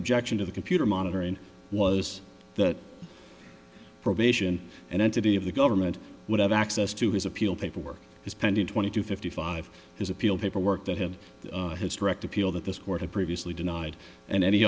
objection to the computer monitor and was that probation an entity of the government would have access to his appeal paperwork his pending twenty two fifty five his appeal paperwork that have a hysterectomy feel that this court of previously denied and any